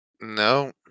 No